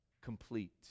complete